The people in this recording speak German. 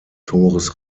tores